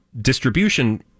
distribution